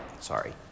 sorry